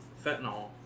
fentanyl